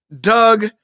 Doug